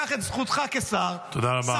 קח את זכותך כשר -- תודה רבה.